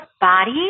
body